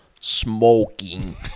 Smoking